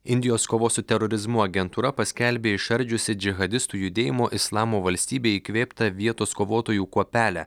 indijos kovos su terorizmu agentūra paskelbė išardžiusi džihadistų judėjimo islamo valstybėj įkvėptą vietos kovotojų kuopelę